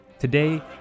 Today